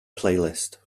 playlist